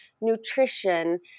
nutrition